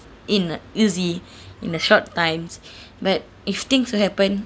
in a easy in a short times but if things will happen